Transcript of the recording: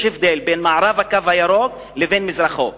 יש הבדל בין מערב "הקו הירוק" לבין מזרחו.